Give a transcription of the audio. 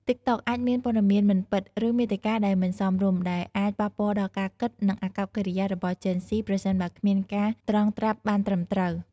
តិកតុកអាចមានព័ត៌មានមិនពិត ឬមាតិកាដែលមិនសមរម្យ ដែលអាចប៉ះពាល់ដល់ការគិត និងអាកប្បកិរិយារបស់ជេនហ្ស៊ី ប្រសិនបើគ្មានការត្រងត្រាប់បានត្រឹមត្រូវ។